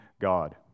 god